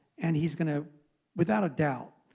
and he's going to without a doubt,